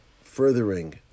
furthering